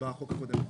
בחוק הקודם.